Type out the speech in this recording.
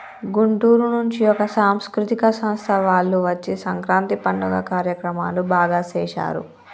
గుంటూరు నుంచి ఒక సాంస్కృతిక సంస్థ వాళ్ళు వచ్చి సంక్రాంతి పండుగ కార్యక్రమాలు బాగా సేశారు